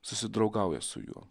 susidraugauja su juo